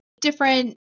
different